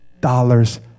dollars